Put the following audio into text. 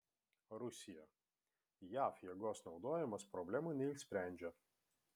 rusija jav jėgos naudojimas problemų neišsprendžia